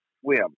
swim